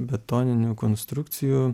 betoninių konstrukcijų